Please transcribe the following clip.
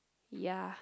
ya